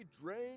drain